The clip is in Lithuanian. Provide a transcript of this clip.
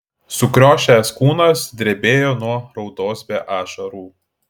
sukriošęs kūnas drebėjo nuo raudos be ašarų